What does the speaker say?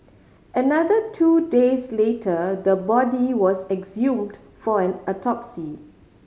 another two days later the body was exhumed for an autopsy